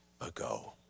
ago